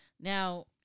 Now